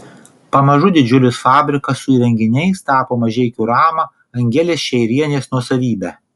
pamažu didžiulis fabrikas su įrenginiais tapo mažeikių rama angelės šeirienės nuosavybe